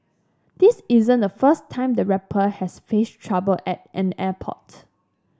this isn't the first time the rapper has faced trouble at an airport